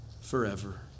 forever